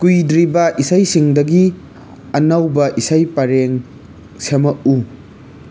ꯀꯨꯏꯗ꯭ꯔꯤꯕ ꯏꯁꯩꯁꯤꯡꯗꯒꯤ ꯑꯅꯧꯕ ꯏꯁꯩ ꯄꯔꯦꯡ ꯁꯦꯝꯃꯛꯎ